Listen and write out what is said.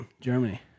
Germany